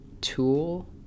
tool